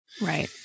Right